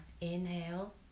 Inhale